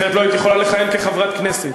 אחרת לא היית יכולה לכהן כחברת כנסת.